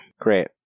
Great